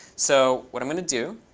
so what i'm going to do